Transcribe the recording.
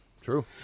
true